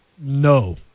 no